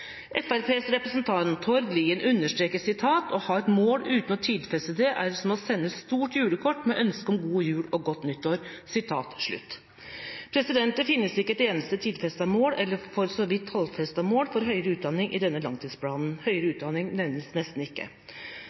representant Tord Lien understreket: «Å ha et mål uten å tidfeste det er som å sende et stort julekort med ønske om god jul og godt nyttår.» Det finnes ikke et eneste tidfestet mål eller for så vidt tallfestet mål for høyere utdanning i denne langtidsplanen. Høyere utdanning nevnes nesten ikke.